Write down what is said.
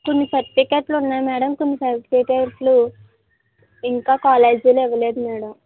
కొన్ని సర్టిఫికెట్లు ఉన్నాయి మేడం కొన్ని సర్టిఫికెట్లు ఇంకా కాలేజీలో ఇవ్వలేదు మేడం